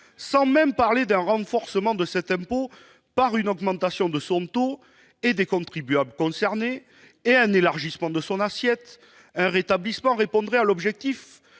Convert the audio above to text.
Sans même parler d'un renforcement de cet impôt par une augmentation de son taux et des contribuables concernés, sans parler d'un élargissement de son assiette, un rétablissement répondrait à l'objectif